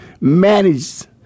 managed